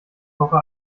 woche